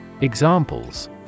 Examples